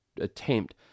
attempt